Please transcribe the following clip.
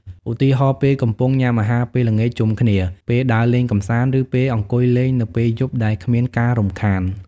ឧទាហរណ៍ ពេលកំពុងញ៉ាំអាហារពេលល្ងាចជុំគ្នា ពេលដើរលេងកម្សាន្ត ឬពេលអង្គុយលេងនៅពេលយប់ដែលគ្មានការរំខាន។